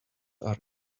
are